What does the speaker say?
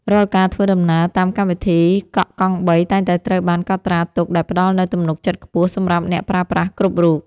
រាល់ការធ្វើដំណើរតាមកម្មវិធីកក់កង់បីតែងតែត្រូវបានកត់ត្រាទុកដែលផ្តល់នូវទំនុកចិត្តខ្ពស់សម្រាប់អ្នកប្រើប្រាស់គ្រប់រូប។